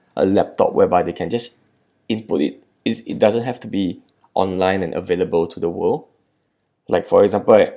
a laptop whereby they can just input it is it doesn't have to be online and available to the world like for example